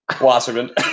Wasserman